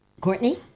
Courtney